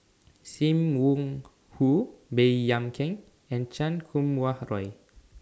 SIM Wong Hoo Baey Yam Keng and Chan Kum Wah Roy